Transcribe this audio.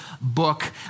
book